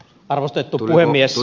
arvostettu puhemies